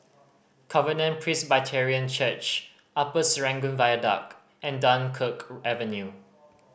Covenant Presbyterian Church Upper Serangoon Viaduct and Dunkirk Avenue